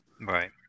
Right